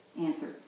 answer